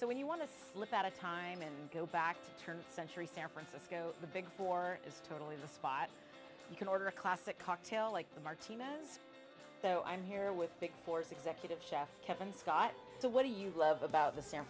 so when you want to look at a time and go back to turn century san francisco the big four is totally the spot you can order a classic cocktail like the martinez so i'm here with big force executive chef kevin scott so what do you love about the san